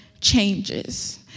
changes